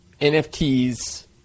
NFTs